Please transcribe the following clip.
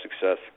success